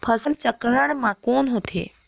फसल चक्रण मा कौन होथे?